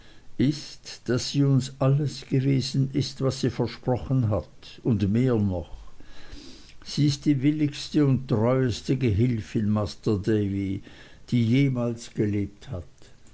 ist daß sie uns alles gewesen ist was sie versprochen hat und mehr noch sie ist die willigste und treueste gehilfin masr davy die jemals gelebt hat